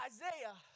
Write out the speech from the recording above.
Isaiah